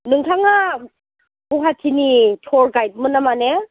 नोंथाङा गुवाहाटिनि थुर गाइदमोन नामा ने